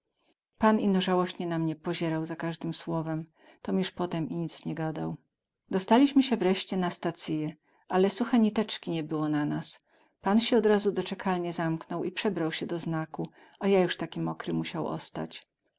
pan ino załośnie na mnie pozierał za kazdym słowem tom juz potem i nic nie gadał dostalimy sie wreście do stacyje ale suche nitecki nie było ma nas pan sie od razu do cekalnie zamknął i przebrał sie doznaku a ja juz taki mokry musiał ostać